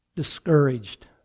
Discouraged